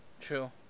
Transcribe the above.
True